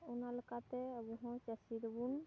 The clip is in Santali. ᱚᱱᱟ ᱞᱮᱠᱟ ᱛᱮ ᱟᱵᱚ ᱦᱚᱸ ᱪᱟᱹᱥᱤ ᱫᱚᱵᱚᱱ